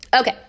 Okay